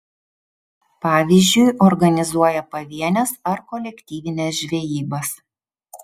pavyzdžiui organizuoja pavienes ar kolektyvines žvejybas